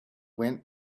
went